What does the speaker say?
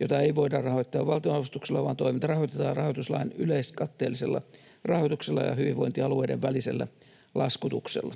jota ei voida rahoittaa valtionavustuksella, vaan toiminta rahoitetaan rahoituslain yleiskatteellisella rahoituksella ja hyvinvointialueiden välisellä laskutuksella.